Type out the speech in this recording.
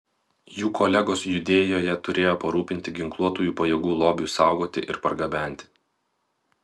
jų kolegos judėjoje turėjo parūpinti ginkluotųjų pajėgų lobiui saugoti ir pergabenti